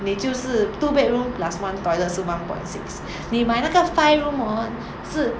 你就是 two bedroom plus one toilet 是 one point six 你买那个 five room hor 是